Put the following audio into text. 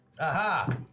Aha